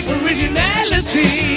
originality